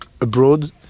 abroad